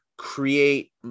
create